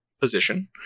position